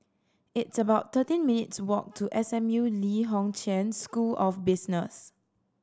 it's about thirteen minutes' walk to S M U Lee Kong Chian School of Business